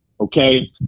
Okay